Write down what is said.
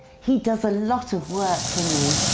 he does a lot of work for me.